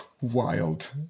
wild